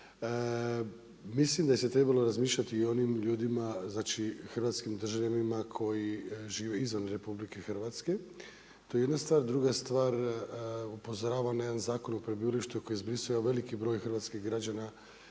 Mislim da se trebalo razmišljati i o onim ljudima, znači hrvatskim državljanima koji žive izvan RH, to je jedna stvar. Druga stvar upozoravam na jedan Zakon o prebivalištu koji je …/Govornik se ne razumije./… jedan veliki broj hrvatskih građana